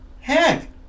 heck